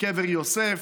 וקבר יוסף.